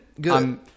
Good